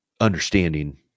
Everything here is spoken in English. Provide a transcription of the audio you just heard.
understanding